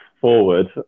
forward